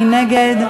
מי נגד?